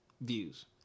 views